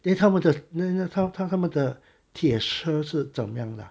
对他们的那那他们的铁是是怎么样的啊